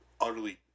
utterly